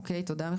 תודה.